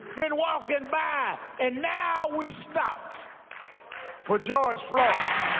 been walking by. and now we stopped for george floyd.